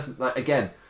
Again